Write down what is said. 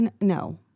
No